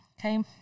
Okay